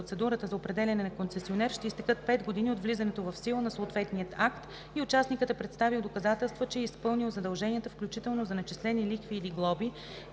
процедурата за определяне на концесионер ще изтекат 5 години от влизането в сила на съответния акт и участникът е представил доказателства, че е изпълнил задълженията, включително за начислени лихви или глоби,